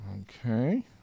Okay